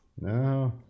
No